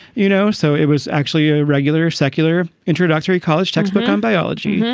you know. so it was actually a regular secular introductory college textbook on biology. yeah